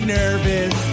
nervous